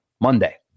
Monday